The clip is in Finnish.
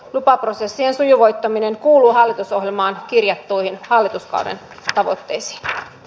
lupaprosessien sujuvoittaminen kuuluu hallitusohjelmaan kirjattuihin hallituskauden tavoitteisiin